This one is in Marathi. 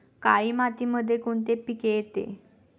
काळी मातीमध्ये कोणते पिके येते?